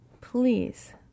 please